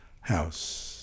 house